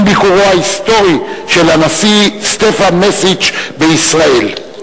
עם ביקורו ההיסטורי של הנשיא סטפן מסיץ בישראל.